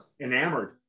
enamored